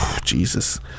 Jesus